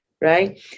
right